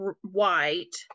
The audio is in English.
white